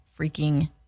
freaking